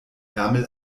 ärmel